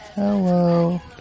Hello